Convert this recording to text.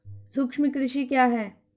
सूक्ष्म कृषि क्या है?